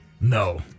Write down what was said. No